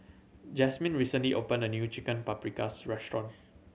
Jasmyn recently opened a new Chicken Paprikas Restaurant